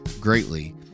greatly